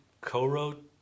co-wrote